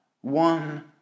one